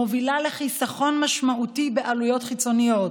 מובילה לחיסכון משמעותי בעלויות חיצוניות: